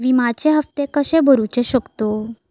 विम्याचे हप्ते कसे भरूचो शकतो?